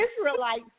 Israelites